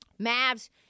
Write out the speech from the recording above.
Mavs